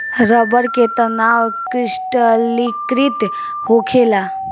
रबड़ के तनाव क्रिस्टलीकृत होखेला